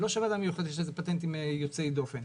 זה לא שלוועדה המיוחדת יש פטנטים יוצאים דופן.